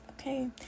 okay